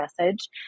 message